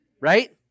right